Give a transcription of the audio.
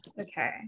Okay